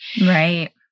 Right